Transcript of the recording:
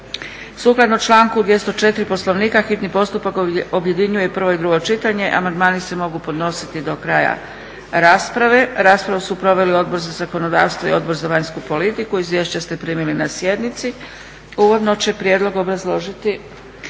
Sukladno članku 204. Poslovnika hitni postupak objedinjuje prvo i drugo čitanje. Amandmani se mogu podnositi do kraja rasprave. Raspravu su proveli Odbor za zakonodavstvo i Odbor za vanjsku politiku. Izvješća ste primili na sjednici. Uvodno će prijedlog obrazložiti